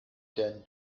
can